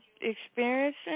experiencing